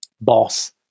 boss